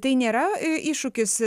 tai nėra iššūkis